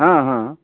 हँ हँ